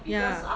ya